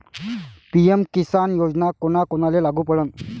PM Kisan योजना कोना कोनाले लागू पडन?